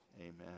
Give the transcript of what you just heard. Amen